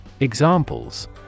Examples